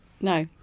No